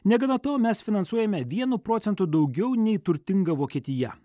negana to mes finansuojame vienu procentu daugiau nei turtinga vokietija